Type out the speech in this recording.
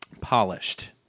polished